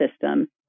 system